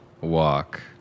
walk